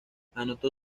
anotó